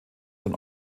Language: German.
dann